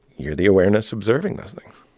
you're the awareness observing those things.